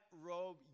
robe